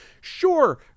Sure